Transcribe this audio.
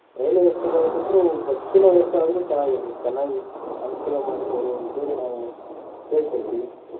ರೈಲು ವ್ಯವಸ್ಥೆ ಬ್ಯಾಡಿಕಂದ್ರು ಬಸ್ಸಿನ ವ್ಯವಸ್ಥೆ ಆದೂ ಚೆನ್ನಾಗಿರುತ್ತೆ ಚೆನ್ನಾಗಿ ಅನುಕೂಲ ಮಾಡಿ ಕೊಡುವಂಥೇಳಿ ನಾವು ಕೇಳ್ಕೊಳ್ತೀವಿ